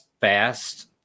fast